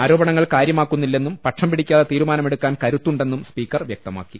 ആരോപ ണങ്ങൾ കാര്യമാക്കുന്നില്ലെന്നും പക്ഷം പിടിക്കാതെ തീരുമാന മെടുക്കാൻ കരുത്തുണ്ടെന്നും സ്പീക്കർ വ്യക്തമാക്കി